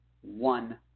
one